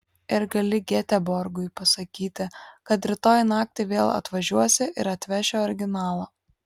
ir gali geteborgui pasakyti kad rytoj naktį vėl atvažiuosi ir atveši originalą